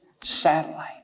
Satellite